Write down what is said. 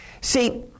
See